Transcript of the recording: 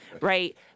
right